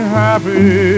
happy